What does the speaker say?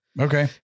Okay